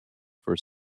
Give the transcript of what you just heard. for